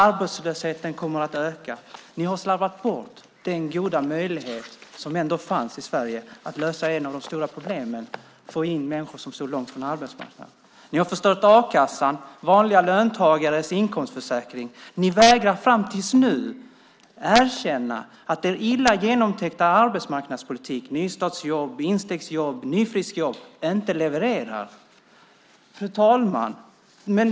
Arbetslösheten kommer att öka. Ni har slarvat bort den goda möjlighet som fanns i Sverige att lösa ett av de stora problemen och få in människor som står långt från arbetsmarknaden. Ni har förstört a-kassan, vanliga löntagares inkomstförsäkring. Ni vägrar fram tills nu att erkänna att er illa genomtänkta arbetsmarknadspolitik med nystartsjobb, instegsjobb och nyfriskjobb inte levererar. Fru talman!